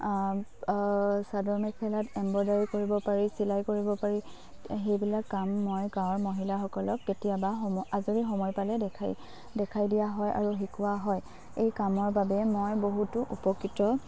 চাদৰ মেখেলাত এম্ব্ৰইডাৰী কৰিব পাৰি চিলাই কৰিব পাৰি সেইবিলাক কাম মই গাঁৱৰ মহিলাসকলক কেতিয়াবা সম আজৰি সময় পালে দেখাই দেখাই দিয়া হয় আৰু শিকোৱা হয় এই কামৰ বাবে মই বহুতো উপকৃত